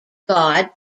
god